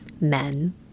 men